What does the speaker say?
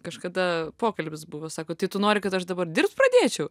kažkada pokalbis buvo sako tai tu nori kad aš dabar dirbt pradėčiau